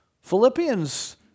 Philippians